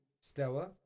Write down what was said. Stella